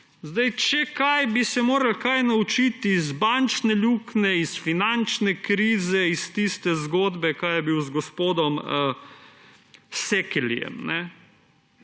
Če od kod, bi se morali kaj naučiti iz bančne luknje, iz finančne krize, iz tiste zgodbe – kaj je bil? – z gospodom Szekelyjem.